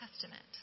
Testament